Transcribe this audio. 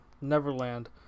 Neverland